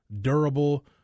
durable